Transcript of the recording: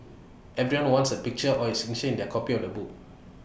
everyone wants A picture or his in their copy of the book